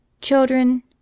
Children